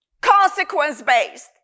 Consequence-based